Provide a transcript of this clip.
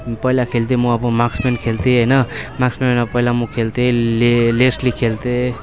पहिला खेल्थेँ म अब माक्समेन खेल्थेँ होइन माक्समेनमा पहिला म खेल्थेँ ले लेस्ली खेल्थेँ